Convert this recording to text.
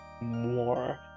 more